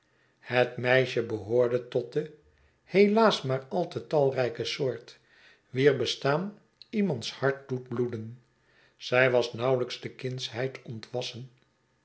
het meisje behoorde tot de helaas maaral te talrijke soort wier bestaan iemands hart doet bloeden zij was nauwelijks de kindsheid ontwassen